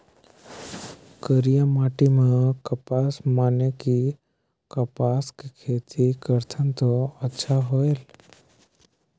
करिया माटी म कपसा माने कि कपास के खेती करथन तो अच्छा होयल?